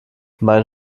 mein